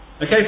Okay